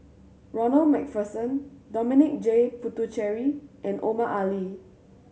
Ronald Macpherson Dominic J Puthucheary and Omar Ali